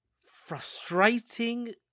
frustrating